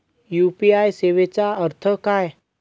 UPI सेवेचा अर्थ काय?